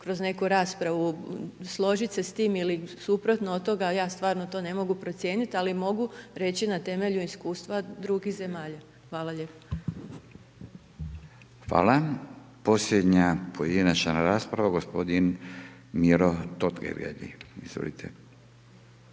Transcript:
kroz neku raspravu, složit se s tim ili suprotno od toga, ja stvarno to ne mogu procijeniti, ali mogu reći na temelju iskustva drugih zemalja. Hvala lijepo. **Radin, Furio (Nezavisni)** Hvala. Posljednja pojedinačna rasprava, gospodin Miro Totgergeli.